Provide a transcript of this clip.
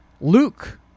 Luke